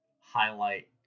highlight